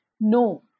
No